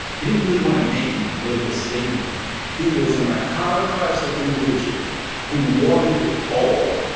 he didn't really want to make any political statement with it he was an iconoclastic individual who wanted it all.